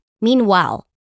meanwhile